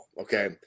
okay